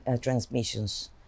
transmissions